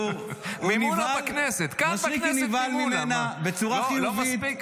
מימונה בכנסת, כאן בכנסת מימונה, מה, לא מספיק?